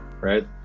right